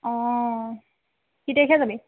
অঁ কি তাৰিখে যাবি